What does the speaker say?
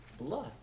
blood